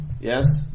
Yes